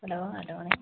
hello hello